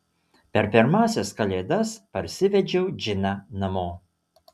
per pirmąsias kalėdas parsivedžiau džiną namo